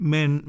Men